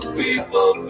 people